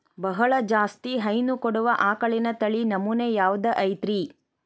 ಬಹಳ ಜಾಸ್ತಿ ಹೈನು ಕೊಡುವ ಆಕಳಿನ ತಳಿ ನಮೂನೆ ಯಾವ್ದ ಐತ್ರಿ?